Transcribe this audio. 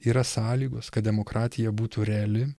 yra sąlygos kad demokratija būtų reali